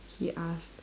he asked